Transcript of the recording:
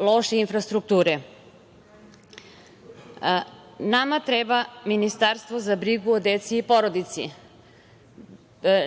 loše infrastrukture. Nama treba ministarstvo za brigu o deci i porodici.